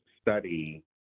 study